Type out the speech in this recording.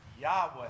Yahweh